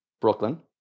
brooklyn